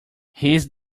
his